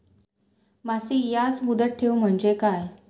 मासिक याज मुदत ठेव म्हणजे काय?